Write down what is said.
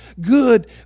good